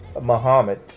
Muhammad